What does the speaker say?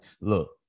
look